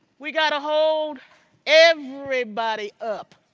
we've got to hold everybody up.